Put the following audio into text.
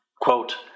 Quote